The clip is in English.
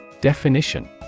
Definition